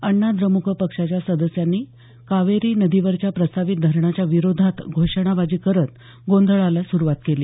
अण्णाद्रमुक पक्षाच्या सदस्यांनी कावेरी नदीवरच्या प्रस्तावित धरणाच्या विरोधात घोषणाबाजी करत गोंधळाला सुरुवात केली